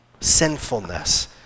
sinfulness